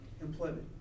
employment